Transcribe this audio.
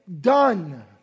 done